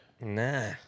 Nah